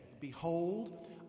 Behold